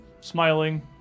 smiling